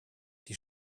die